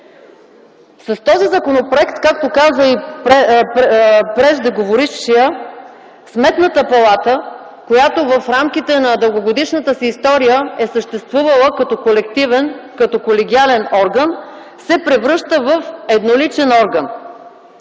С този законопроект, както каза и преждеговорившият, Сметната палата, която в рамките на дългогодишната си история е съществувала като колегиален орган, се превръща в едноличен орган.